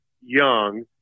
young